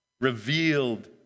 revealed